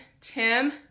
Tim